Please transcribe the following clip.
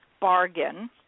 bargain